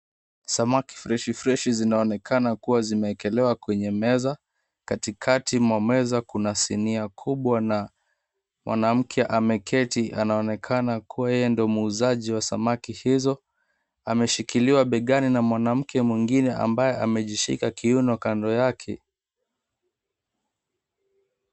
Samaki freshi freshi zinaonekana kuwa zimeekelewa kwenye meza. Kati kati mwa meza mna sinia kubwa na mwanamke ameketi anaonekana kuwa yeye ndiye muuzaji wa samaki hizo. Ameshiikiliwa begani na mwanamke mwengine ambaye amejishika kiuno kando yake.